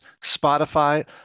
Spotify